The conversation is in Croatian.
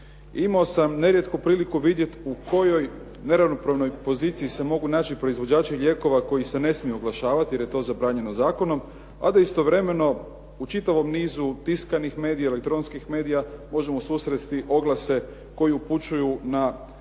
Imao sam nerijetko priliku vidjet u kojoj neravnopravnoj poziciji se mogu naći proizvođači lijekova koji se ne smiju oglašavati jer je to zabranjeno zakonom, a da istovremeno u čitavom nizu tiskanih medija, elektronskih medija možemo susresti oglase koji upućuju na nekakva